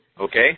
Okay